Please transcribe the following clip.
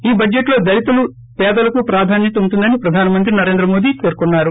ఈ బడ్లెట్లో దళితులు పేదలకు ప్రాధాన్యత ఉంటుందని ప్రధాన మంత్రి నరేంద్ర మోదీ పేర్కొన్నారు